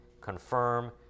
confirm